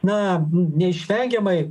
na neišvengiamai